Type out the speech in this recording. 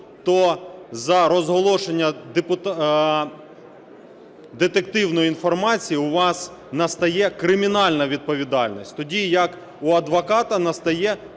то за розголошення детективної інформації у вас настає кримінальна відповідальність, тоді як у адвоката настає дисциплінарна